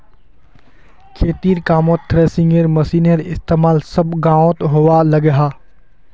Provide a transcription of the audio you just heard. खेतिर कामोत थ्रेसिंग मशिनेर इस्तेमाल सब गाओंत होवा लग्याहा